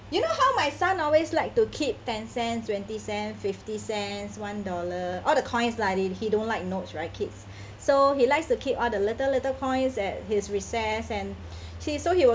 you know how my son always like to keep ten cents twenty cents fifty cents one dollar all the coins lah he don't like notes right kids so he likes to keep all the little little coins at his recess and see how he was